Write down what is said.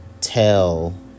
tell